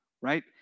right